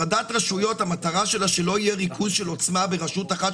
הפרדת רשויות מטרתה שלא יהיה ריכוז עוצמה ברשות אחת,